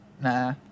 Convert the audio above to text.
Nah